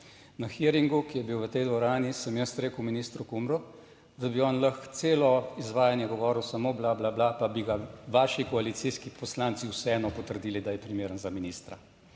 Na hearingu, ki je bil v tej dvorani, sem jaz rekel ministru Kumru, da bi on lahko celo izvajanje govoril samo bla, bla, bla pa bi ga vaši koalicijski poslanci vseeno potrdili, da je primeren za ministra.